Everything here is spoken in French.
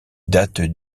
date